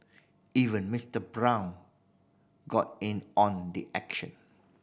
even Mister Brown got in on the action